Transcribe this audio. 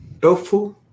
Tofu